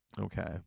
okay